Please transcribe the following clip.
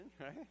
right